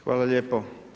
Hvala lijepo.